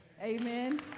Amen